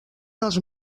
dels